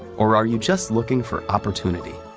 or are you just looking for opportunity?